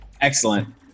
Excellent